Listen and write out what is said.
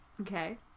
Okay